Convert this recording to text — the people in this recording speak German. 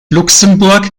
luxemburg